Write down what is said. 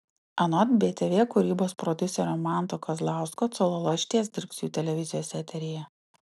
anot btv kūrybos prodiuserio manto kazlausko cololo išties dirbs jų televizijos eteryje